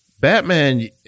Batman